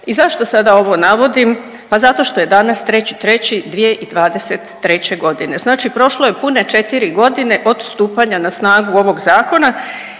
I zašto sada ovo navodim? Pa zato što je danas 3.3.2023.g., znači prošlo je pune 4.g. od stupanja na snagu ovog zakona